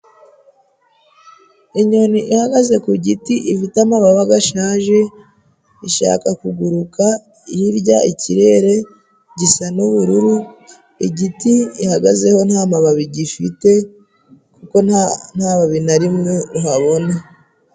Inyoni ihagaze ku giti ifite amababa gashaje ishaka kuguruka, hirya ikirere gisa n'ubururu, igiti ihagazeho nta mababi gifite kuko nta babi na rimwe mpabona.